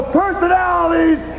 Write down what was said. personalities